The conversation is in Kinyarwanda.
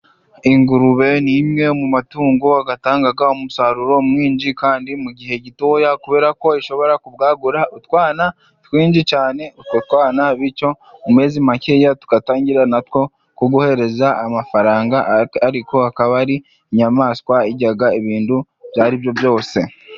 Ingurube ni imwe mu matungo atanga umusaruro mwinshi kandi mu gihe gitoya, kubera ko ishobora kubwagura utwana twinshi cyane, utwo twana bityo mu mezi makeya tugatangira natwo kuguhereza amafaranga, ariko akaba ari inyamaswa irya ibintu ibyo aribyo byose.